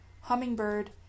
Hummingbird